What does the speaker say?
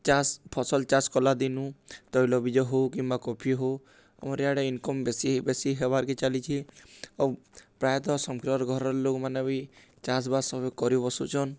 ଚାଷ୍ ଫସଲ୍ ଚାଷ୍ କଲା ଦିନୁ ତୈଲବୀଜ ହଉ କିମ୍ବା କଫି ହଉ ଆମର୍ ଇଆଡ଼େ ଇନ୍କମ୍ ବେଶୀ ବେଶୀ ହେବାର୍କେ ଚାଲିଛେ ଆଉ ପ୍ରାୟତଃ ସମ୍କର୍ ଘରର୍ ଲୋକ୍ମାନେ ବି ଚାଷ୍ବାସ୍ ସବେ କରି ବସୁଚନ୍